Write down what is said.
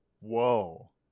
whoa